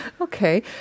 Okay